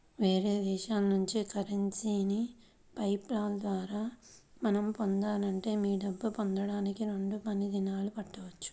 వేరే దేశాల నుంచి కరెన్సీని పే పాల్ ద్వారా మనం పొందాలంటే మీ డబ్బు పొందడానికి రెండు పని దినాలు పట్టవచ్చు